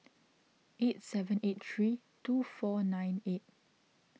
eight seven eight three two four nine eight